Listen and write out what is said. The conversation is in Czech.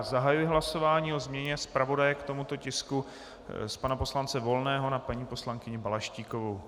Zahajuji hlasování o změně zpravodaje k tomuto tisku z pana poslance Volného na paní poslankyni Balaštíkovou.